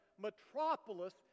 metropolis